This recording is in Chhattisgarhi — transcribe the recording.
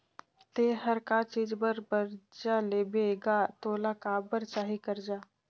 ते हर का चीच बर बरजा लेबे गा तोला काबर चाही करजा